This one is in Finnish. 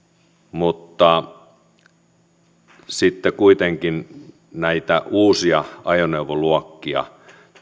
mutta kuitenkin näitä uusia ajoneuvoluokkia